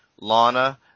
Lana